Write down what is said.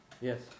Yes